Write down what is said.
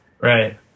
Right